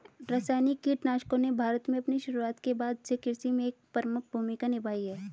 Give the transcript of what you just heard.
रासायनिक कीटनाशकों ने भारत में अपनी शुरुआत के बाद से कृषि में एक प्रमुख भूमिका निभाई है